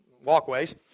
walkways